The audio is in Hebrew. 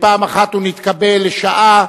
פעם אחת הוא מתקבל לשעה,